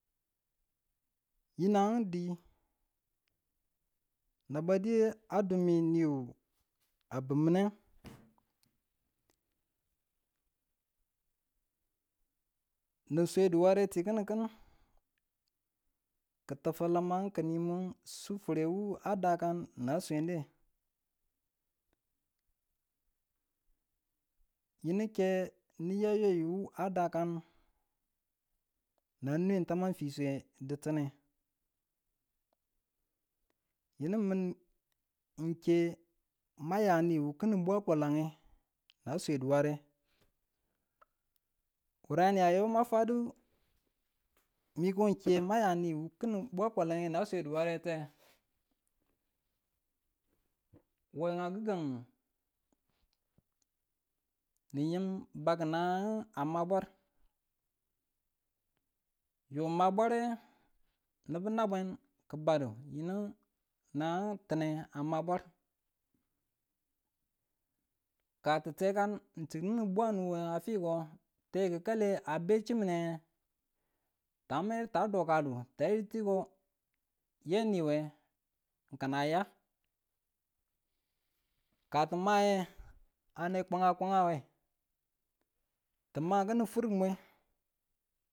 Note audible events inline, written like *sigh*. Yinang di, ka ba diye a dumi niwu a bimineng, *noise* ni swedu wa ng ti kinin kinu, ki ta fwalamang ki niyu sufuremu a dakan nn swede, yinu ke niya yeyu a dakan nan nwen taman fiswe ditime, yinu min ng ke ma yaniwu kinan bwakwalane na swedu ware wureni ayo ma fwadu *noise* miko ng ke ma yaniwu kinan bwakwalane na swedu wareye we a gi̱gang, ni yim bakku. Nanang a ma bwar, nu a ma bware, nubu nabwen ki badu yinu nanang tine a ma bwar. Ka ti te kan chin kini bwanu we a fiko nge, ke tikale a be chinmune ta medu ta dokadu tayi tuko ye niwe, kin a ya. Ka tuma yinang, a ne kuma kuma we ti ma kinin firmwe